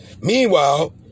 Meanwhile